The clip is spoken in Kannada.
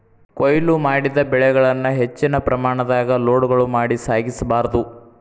ಕೋಯ್ಲು ಮಾಡಿದ ಬೆಳೆಗಳನ್ನ ಹೆಚ್ಚಿನ ಪ್ರಮಾಣದಾಗ ಲೋಡ್ಗಳು ಮಾಡಿ ಸಾಗಿಸ ಬಾರ್ದು